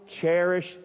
cherish